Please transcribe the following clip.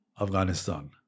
Afghanistan